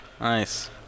Nice